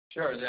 Sure